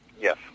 Yes